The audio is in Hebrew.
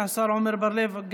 השר עמר בר לב,